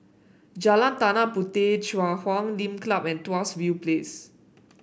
Jalan Tanah Puteh Chui Huay Lim Club and Tuas View Place